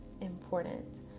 important